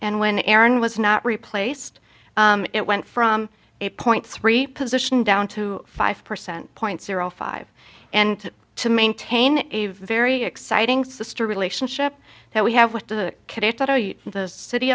and when aaron was not replaced it went from eight point three position down to five percent point zero five and to maintain a very exciting sister relationship that we have with the the city